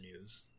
news